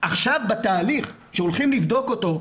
עכשיו בתהליך שהולכים לבדוק אותו,